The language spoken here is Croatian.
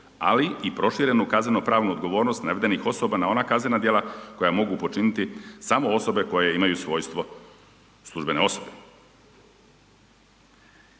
ali i proširenu kaznenopravnu odgovornost navedenih osoba na ona kaznena djela koja mogu počiniti samo osobe koje imaju svojstvo službene osobe.